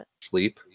sleep